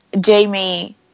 Jamie